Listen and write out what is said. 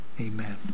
Amen